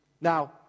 Now